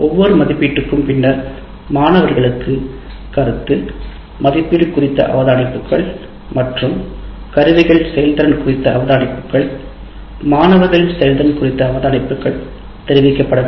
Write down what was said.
ஒவ்வொரு மதிப்பீட்டிற்கும் பின்னர் மாணவர்களுக்கு கருத்து மதிப்பீடு குறித்த அவதானிப்புகள் மற்றும் கருவிகள் செயல் திறன் குறித்த அவதானிப்புக்கள் மாணவர்களின் செயல்திறன் குறித்த அவதானிப்புக்கள் தெரிவிக்கப்பட வேண்டும்